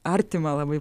artimą labai